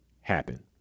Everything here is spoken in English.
happen